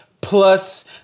plus